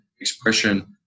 expression